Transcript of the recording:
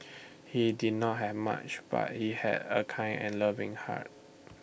he did not have much but he had A kind and loving heart